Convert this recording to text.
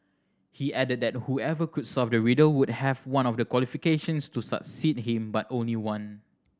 he added that whoever could solve the riddle would have one of the qualifications to succeed him but only one